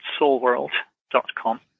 soulworld.com